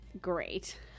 great